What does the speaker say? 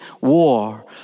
war